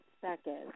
second